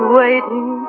waiting